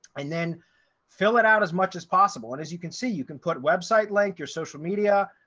and then fill it out as much as possible. and as you can see, you can put website like your social media,